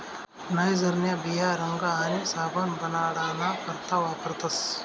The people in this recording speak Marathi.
नाइजरन्या बिया रंग आणि साबण बनाडाना करता वापरतस